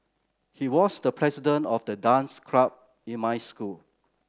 he was the president of the dance club in my school